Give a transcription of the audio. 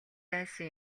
айсан